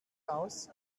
aus